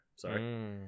Sorry